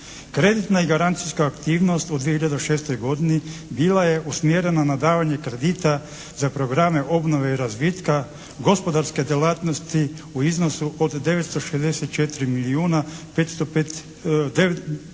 Kreditna i garancijska aktivnost u 2006. godini bila je usmjerena na davanje kredita za programe obnove i razvitka, gospodarske djelatnosti u iznosu od 964